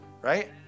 Right